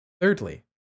Thirdly